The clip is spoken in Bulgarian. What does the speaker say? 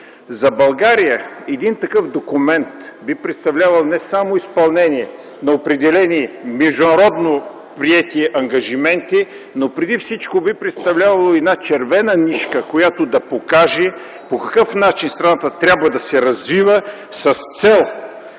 За България такъв документ би представлявал не само изпълнение на определени международно приети ангажименти, но преди всичко би представлявал червена нишка, която да покаже по какъв начин да се развива страната с цел